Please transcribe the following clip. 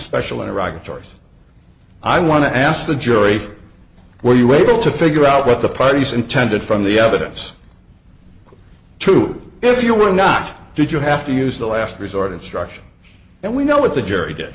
special iraq tours i want to ask the jury were you able to figure out what the price intended from the evidence to if you were not did you have to use the last resort instruction and we know what the jury did